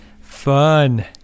Fun